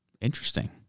Interesting